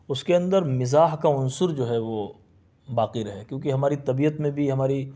اس کے اندر مزاح کا عنصر جو ہے وہ باقی رہے کیوں کہ ہماری طبیعت میں بھی ہماری